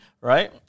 right